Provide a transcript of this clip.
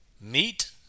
meat